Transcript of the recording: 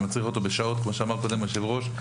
כמו שאמר קודם היושב-ראש,